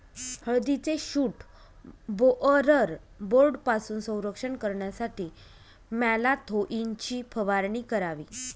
हळदीचे shoot borer बोर्डपासून संरक्षण करण्यासाठी मॅलाथोईनची फवारणी करावी